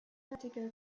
vertigo